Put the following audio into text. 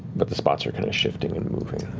but the spots are kind of shifting and moving.